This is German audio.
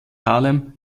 harlem